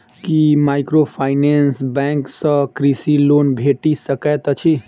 की microfinance bank सँ कृषि loan भेटि सकैत अछि?